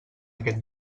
aquest